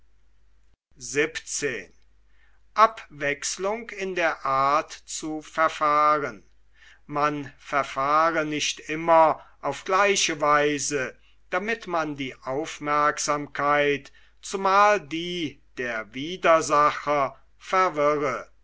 man verfahre nicht immer auf gleiche weise damit man die aufmerksamkeit zumal die der widersacher verwirre